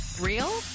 Real